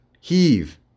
heave